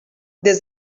des